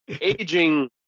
aging